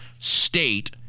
State